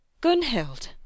GUNHILD